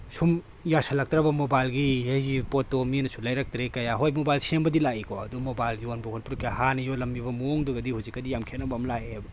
ꯁꯨꯝ ꯌꯥꯁꯜꯂꯛꯇ꯭ꯔꯕ ꯃꯣꯕꯥꯏꯜꯒꯤ ꯍꯥꯏꯁꯦ ꯄꯣꯠꯇꯣ ꯃꯤꯅꯁꯨ ꯂꯩꯔꯛꯇ꯭ꯔꯦ ꯀꯌꯥ ꯍꯣꯏ ꯃꯣꯕꯥꯏꯜ ꯁꯦꯝꯕꯗꯤ ꯂꯥꯛꯏꯀꯣ ꯑꯗꯣ ꯃꯣꯕꯥꯏꯜ ꯌꯣꯟꯕ ꯈꯣꯠꯄꯗꯣ ꯀꯌꯥ ꯍꯥꯟꯅ ꯌꯣꯜꯂꯝꯃꯤꯕ ꯃꯑꯣꯡꯗꯨꯒꯗꯤ ꯍꯧꯖꯤꯛꯀꯗꯤ ꯌꯥꯝ ꯈꯦꯅꯕ ꯑꯃ ꯂꯥꯛꯑꯦꯕ